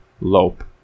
Lope